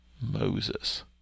Moses